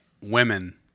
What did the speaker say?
women